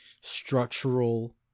structural